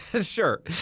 Sure